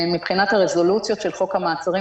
מבחינת הרזולוציות של חוק המעצרים,